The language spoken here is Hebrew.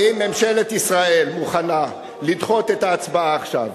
אם ממשלת ישראל מוכנה לדחות את ההצבעה עכשיו,